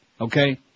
Okay